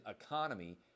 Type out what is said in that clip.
economy